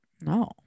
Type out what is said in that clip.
no